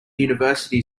university